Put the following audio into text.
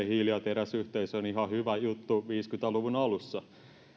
hiili ja teräsyhteisö oli ihan hyvä juttu viisikymmentä luvun alussa mutta